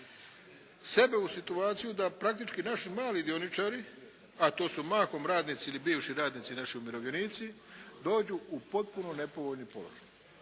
sebe u situaciju da praktički naši mali dioničari, a to su mahom radnici ili bivši radnici naši umirovljenici, dođu u potpuno nepovoljni položaj